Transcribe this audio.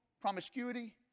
promiscuity